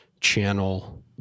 channel